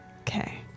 Okay